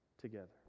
together